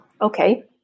Okay